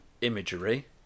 imagery